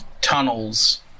tunnels